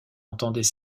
entendait